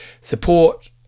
support